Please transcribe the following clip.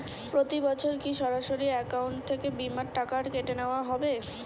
প্রতি বছর কি সরাসরি অ্যাকাউন্ট থেকে বীমার টাকা কেটে নেওয়া হবে?